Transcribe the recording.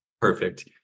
Perfect